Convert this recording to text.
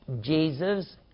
Jesus